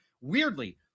Weirdly